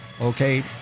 Okay